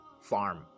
farm